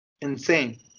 insane